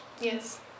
Yes